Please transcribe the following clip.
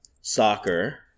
soccer